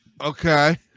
Okay